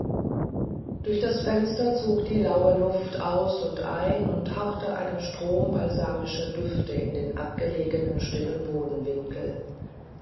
durch das fenster zog die laue luft aus und ein und hauchte einen strom balsamischer düfte in den abgelegenen stillen bodenwinkel